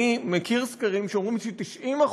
אני מכיר סקרים שאומרים ש-90%